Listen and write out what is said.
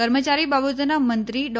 કર્મચારી બાબતોના મંત્રી ડૉ